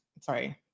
Sorry